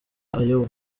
ayo